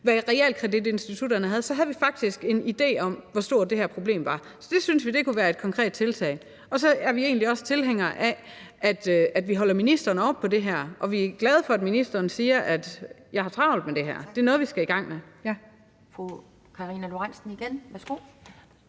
hvad realkreditinstitutterne gør, ville vi faktisk have en idé om, hvor stort det her problem er. Det synes vi kunne være et konkret tiltag. Så er vi egentlig også tilhængere af, at vi holder ministeren op på det her, og vi er glade for, at ministeren siger, at han har travlt med det her, og at det er noget, vi skal i gang med. Kl. 13:25 Anden næstformand